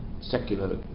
secular